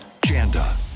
Janda